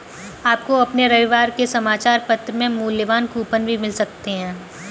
आपको अपने रविवार के समाचार पत्र में मूल्यवान कूपन भी मिल सकते हैं